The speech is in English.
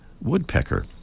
woodpecker